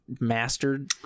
mastered